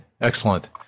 Excellent